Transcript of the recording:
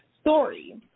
story